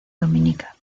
dominica